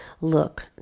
look